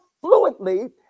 fluently